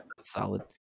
Solid